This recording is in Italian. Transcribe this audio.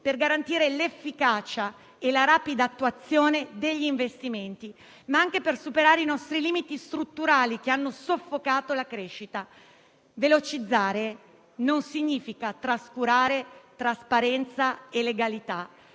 per garantire l'efficacia e la rapida attuazione degli investimenti, ma anche per superare i nostri limiti strutturali che hanno soffocato la crescita. Velocizzare non significa trascurare trasparenza e legalità